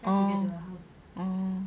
orh orh